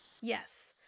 yes